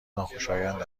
ناخوشایند